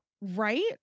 right